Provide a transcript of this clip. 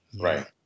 Right